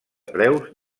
preus